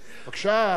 בבקשה.